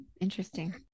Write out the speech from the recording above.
Interesting